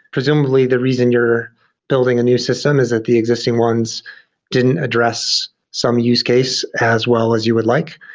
presumably the reason you're building a new system is that the existing ones didn't address some use case as well as you would like.